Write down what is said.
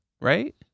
right